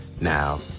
now